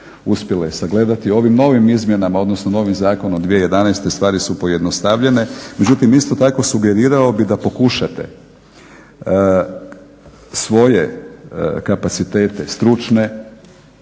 uspjele sagledati. Ovim novim izmjenama odnosno novim Zakonom od 2011. stvari su pojednostavljene. Međutim, sugerirao bi da pokušate svoje kapacitete stručne,